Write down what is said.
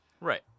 Right